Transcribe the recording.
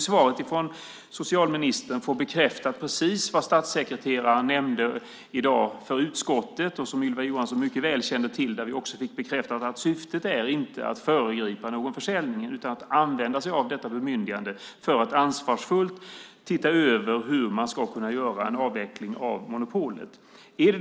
I svaret från socialministern får vi bekräftat det som statssekreteraren i dag nämnde i utskottet och som Ylva Johansson mycket väl känner till, nämligen att syftet inte är att föregripa någon försäljning, vilket vi också fick bekräftat. Syftet är att använda sig av detta bemyndigande för att på ett ansvarsfullt sätt titta över hur man ska kunna avveckla monopolet.